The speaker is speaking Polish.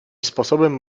sposobem